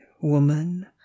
woman